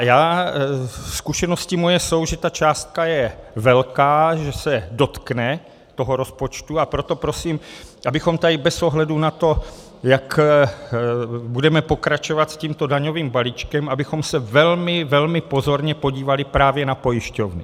Moje zkušenosti jsou, že ta částka je velká, že se dotkne toho rozpočtu, a proto prosím, abychom tady bez ohledu na to, jak budeme pokračovat s tímto daňovým balíčkem, abychom se tak velmi, velmi pozorně podívali právě na pojišťovny.